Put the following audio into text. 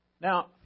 Now